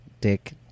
Dick